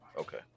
Okay